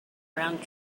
around